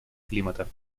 климата